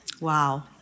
Wow